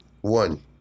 One